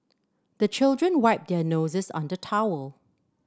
the children wipe their noses on the towel